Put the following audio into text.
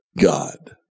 God